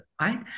right